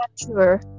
sure